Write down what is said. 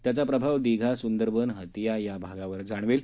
त्याचा प्रभाव दिघा सुंदरबन हतीया या भागांवर जाणवेल